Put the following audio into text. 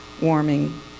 warming